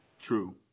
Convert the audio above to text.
True